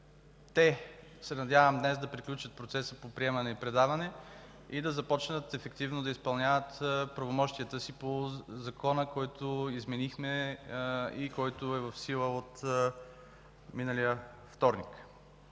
се днес те да приключат процеса по приемане и предаване и да започнат ефективно да изпълняват правомощията си по Закона, който изменихме и който е в сила от миналия вторник.